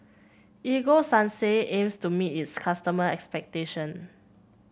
Ego Sunsense aims to meet its customer expectation